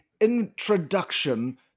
introduction